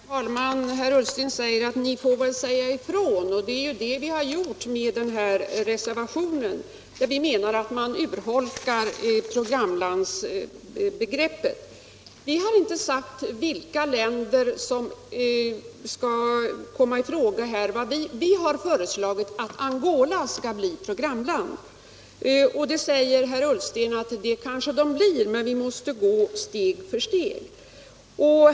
Herr talman! Herr Ullsten säger att ni får väl säga ifrån. Det är ju det vi har gjort i den här reservationen, där vi menar att man urholkar programlandsbegreppet. Vi har inte sagt vilka länder som skall komma i fråga, men vi har föreslagit att Angola skall bli programland. Herr Ullsten säger att det kanske blir så men att man måste gå steg för steg.